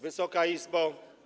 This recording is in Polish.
Wysoka Izbo!